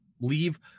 leave